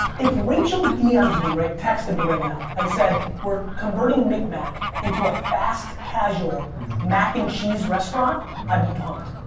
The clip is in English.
if rachel dm'd me, right, texted me right now and said, we're converting mick mack into a fast casual mac and cheese restaurant, i'd be pumped